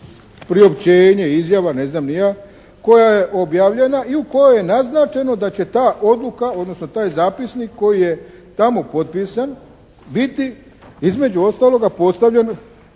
priopćenje, izjava, ne znam ni ja, koja je objavljena i u kojoj je naznačeno da će ta odluka, odnosno taj zapisnik koji je tamo potpisan, biti između ostaloga postavljen